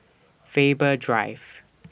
Faber Drive